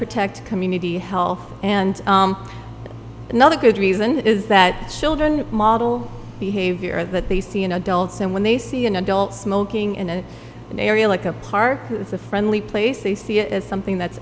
protect community health and another good reason is that children model behavior that they see in adults and when they see an adult smoking in an area like a car it's a friendly place they see it as something that's